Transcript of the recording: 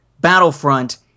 Battlefront